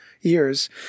years